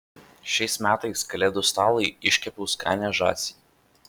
šiais metais kalėdų stalui iškepiau skanią žąsį